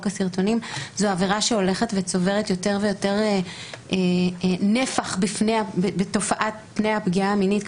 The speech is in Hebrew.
הסרטונים וצוברת יותר ויותר נפח בתופעת הפגיעה המינית,